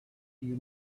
you